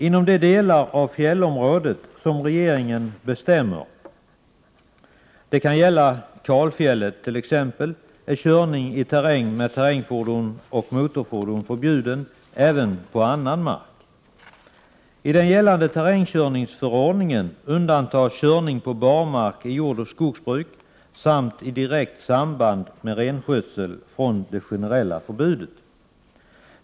Inom de delar av fjällområdet som regeringen bestämmer — det kan gälla kalfjället t.ex. — är körning i terräng med terrängfordon och motorfordon förbjuden även på annan mark. I den gällande terrängkörningsförordningen undantas körning på barmark i jordoch skogsbruk samt i direkt samband med renskötsel från det generella förbudet.